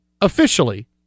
officially